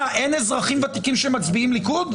מה, אין אזרחים ותיקים שמצביעים ליכוד?